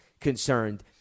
concerned